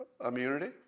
immunity